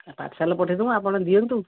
parcel ପଠେଇଦେବୁ ଆପଣ ଦିଅନ୍ତୁ